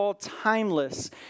Timeless